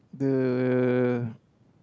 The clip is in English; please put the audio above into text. the